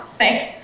Thanks